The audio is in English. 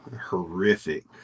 horrific